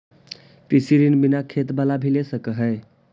कृषि ऋण बिना खेत बाला भी ले सक है?